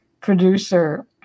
producer